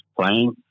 playing